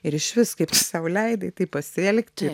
ir išvis kaip sau leidai taip pasielgti